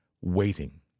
waiting